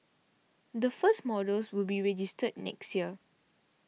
the first models will be registered next year